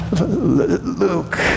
Luke